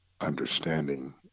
understanding